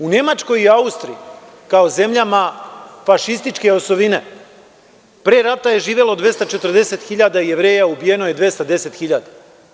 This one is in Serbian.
U Nemačkoj i Austriji, kao zemljama fašističke osovine pre rata je živelo 240.000 Jevreja, ubijeno je 210.000.